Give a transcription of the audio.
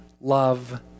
love